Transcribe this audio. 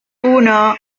uno